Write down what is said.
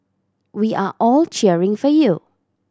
we are all cheering for you